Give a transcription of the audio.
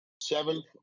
seventh